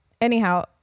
anyhow